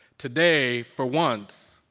today, for once,